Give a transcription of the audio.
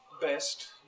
best